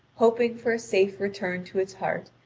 hoping for a safe return to its heart,